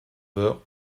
heures